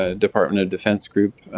ah department of defense group,